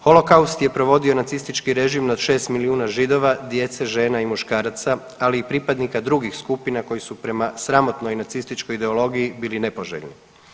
Holokaust je provodio nacistički režim nad 6 milijuna Židova, djece, žena i muškaraca, ali i pripadnika drugih skupina koji su prema sramotnoj nacističkoj ideologiji bili nepoželjni.